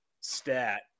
stat